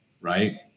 right